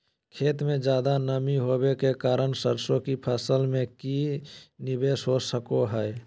खेत में ज्यादा नमी होबे के कारण सरसों की फसल में की निवेस हो सको हय?